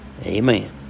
Amen